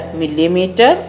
millimeter